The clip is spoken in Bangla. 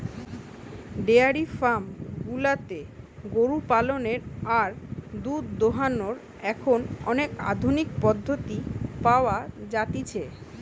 ডায়েরি ফার্ম গুলাতে গরু পালনের আর দুধ দোহানোর এখন অনেক আধুনিক পদ্ধতি পাওয়া যতিছে